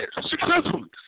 successfully